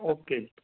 okay